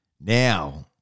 Now